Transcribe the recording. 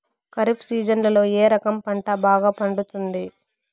ఖరీఫ్ సీజన్లలో ఏ రకం పంట బాగా పండుతుంది